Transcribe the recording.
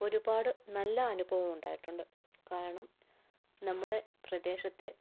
ഒരുപാട് നല്ല അനുഭവം ഉണ്ടായിട്ടുണ്ട് കാരണം നമ്മുടെ പ്രദേശത്തെ